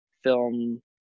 film